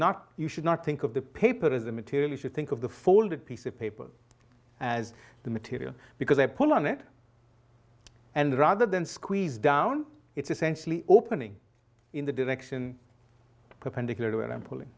not you should not think of the paper as a material if you think of the folded piece of paper as the material because i pull on it and rather than squeeze down it's essentially opening in the direction perpendicular